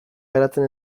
garatzen